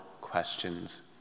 questions